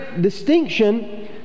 distinction